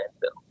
film